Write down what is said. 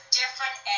different